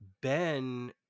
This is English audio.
Ben